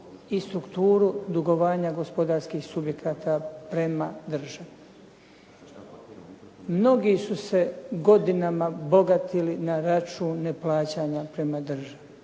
i strukturu dugovanja gospodarskih subjekata prema državi. Mnogi su se godinama bogatili na račun neplaćanja prema državi.